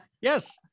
Yes